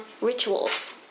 rituals